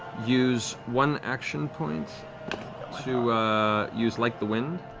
use one action point to use like the wind,